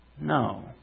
No